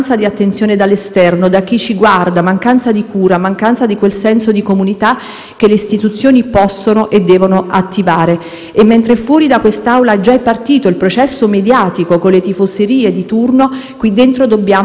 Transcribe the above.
che le istituzioni possono e devono attivare. Mentre fuori da quest'Aula già è partito il processo mediatico, con le tifoserie di turno, qui dentro dobbiamo provare a capire, perché ogni evento di questo tipo è una grave sconfitta per tutti noi,